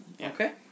Okay